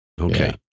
Okay